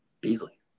Beasley